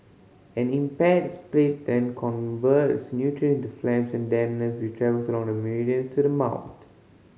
an impaired spleen then converts nutrient into phlegm and dampness which travel along the meridian to the mouth